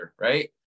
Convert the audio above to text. right